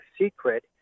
secret